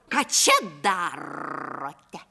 ką čia darote